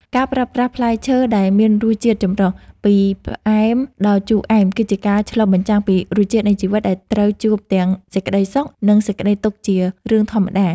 ការប្រើប្រាស់ផ្លែឈើដែលមានរសជាតិចម្រុះពីផ្អែមដល់ជូរអែមគឺជាការឆ្លុះបញ្ចាំងពីរសជាតិនៃជីវិតដែលត្រូវជួបទាំងសេចក្តីសុខ និង សេចក្តីទុក្ខជារឿងធម្មតា។